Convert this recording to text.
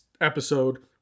episode